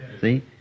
See